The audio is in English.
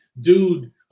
Dude